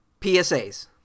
PSAs